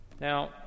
Now